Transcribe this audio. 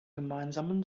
gemeinsamen